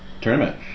Tournament